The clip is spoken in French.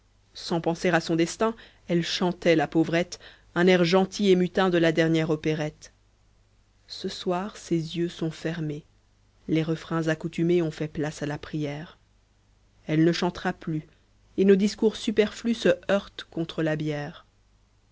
sans penser à son destin elle chantait la pauvrette un air gentil et mutin de la dernière opérette ce soir ses yeux sont fermés les refrains accoutumés ont fait place à la prière elle ne chantera plus et nos discours superflus se heurtent contre la bière